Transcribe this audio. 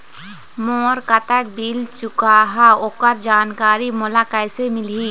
मोर कतक बिल चुकाहां ओकर जानकारी मोला कैसे मिलही?